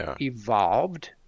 evolved